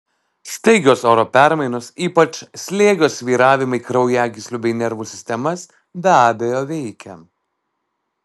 staigios oro permainos ypač slėgio svyravimai kraujagyslių bei nervų sistemas be abejo veikia